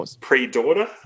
pre-daughter